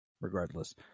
regardless